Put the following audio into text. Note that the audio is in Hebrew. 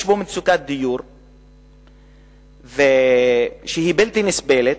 יש בו מצוקת דיור שהיא בלתי נסבלת,